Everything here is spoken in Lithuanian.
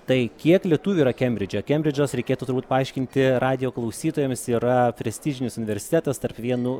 tai kiek lietuvių yra kembridže kembridžas reikėtų turbūt paaiškinti radijo klausytojams yra prestižinis universitetas tarp vienų